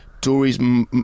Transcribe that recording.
Dory's